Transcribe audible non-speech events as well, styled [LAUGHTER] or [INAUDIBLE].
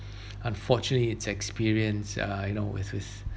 [BREATH] unfortunately it's experience uh you know with with